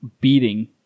beating